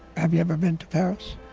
have you ever been to paris?